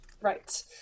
Right